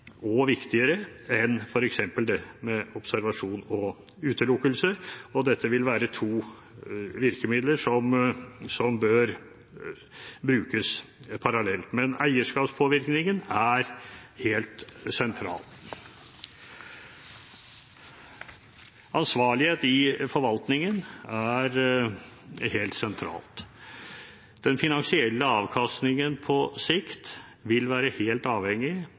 og viktigere enn f.eks. det med observasjon og utelukkelse. Dette vil være to virkemidler som bør brukes parallelt, men eierskapspåvirkningen er helt sentral. Ansvarlighet i forvaltningen er helt sentralt. Den finansielle avkastningen på sikt vil være helt avhengig